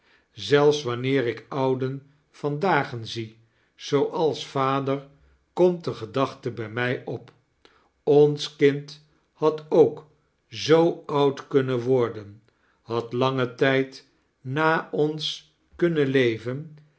zelfs wanneer ik ouden van dagen zie zooals vader komt de gedachte bij mij op ons kind had ook zoo oud kunnen worden had langen tijd na ons kunnen leven